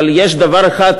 אבל יש דבר אחד,